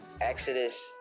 Exodus